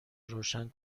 روشن